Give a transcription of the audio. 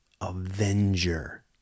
avenger